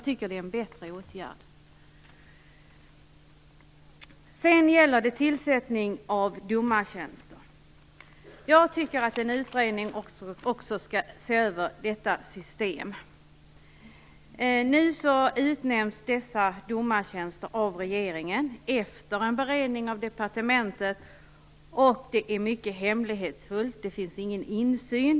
När det sedan gäller tillsättning av domartjänster tycker jag att en utredning skall se över systemet för detta. Domartjänsterna tillsätts nu av regeringen efter beredning i departementet. Det är mycket hemlighetsfullt, och det finns ingen insyn.